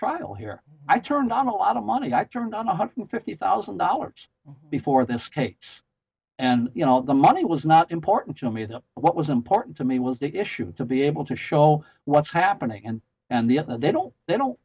trial here i turned on a lot of money i turned on one hundred fifty thousand dollars before this case and you know the money was not important to me that what was important to me was the issue to be able to show what's happening and and the they don't they don't